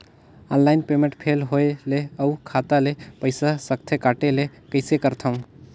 Online payment fail होय ले अउ खाता ले पईसा सकथे कटे ले कइसे करथव?